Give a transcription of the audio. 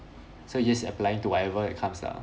so you just applying to whatever that comes lah